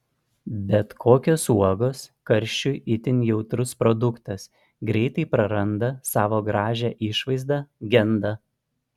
bet kokios uogos karščiui itin jautrus produktas greitai praranda savo gražią išvaizdą genda